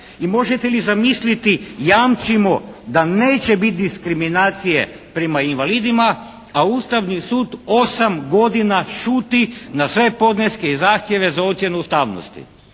I možete zamisliti jamčimo da neće biti diskriminacije prema invalidima. A Ustavni sud 8 godina šuti na sve podneske i zahtjeve za ocjenu ustavnosti.